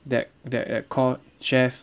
that that that called chef